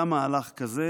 היה מהלך כזה.